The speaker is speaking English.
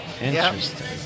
Interesting